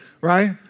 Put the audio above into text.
Right